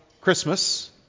christmas